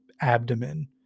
abdomen